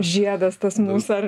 žiedas tas mūsų ar